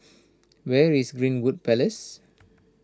where is Greenwood Place